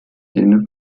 jene